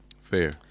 fair